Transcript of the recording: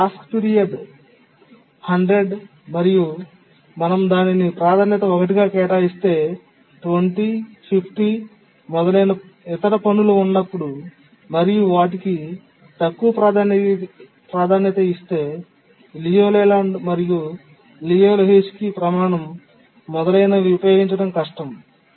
ఒక task period 100 మరియు మనం దానిని ప్రాధాన్యత 1 గా కేటాయిస్తే 20 50 మొదలైన ఇతర పనులు ఉన్నప్పుడు మరియు వాటికి తక్కువ ప్రాధాన్యత ఇస్తే లియు లేలాండ్ మరియు లియు లెహోజ్కీ ప్రమాణం మొదలైనవి ఉపయోగించడం కష్టం